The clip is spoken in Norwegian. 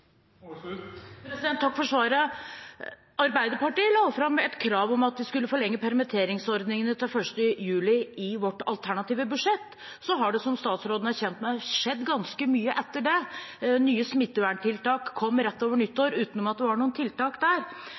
Takk for svaret. Arbeiderpartiet la fram et krav om at vi skulle forlenge permitteringsordningene til 1. juli i vårt alternative budsjett. Så har det, som statsråden er kjent med, skjedd ganske mye etter det. Nye smitteverntiltak kom rett over nyttår uten at det var noen tiltak der.